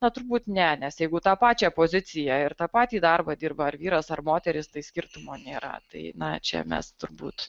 na turbūt ne nes jeigu tą pačią poziciją ir tą patį darbą dirba ar vyras ar moteris tai skirtumo nėra tai na čia mes turbūt